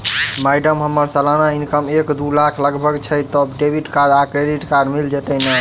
Madam हम्मर सलाना income एक दु लाख लगभग छैय तऽ डेबिट कार्ड आ क्रेडिट कार्ड मिल जतैई नै?